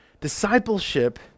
Discipleship